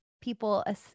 people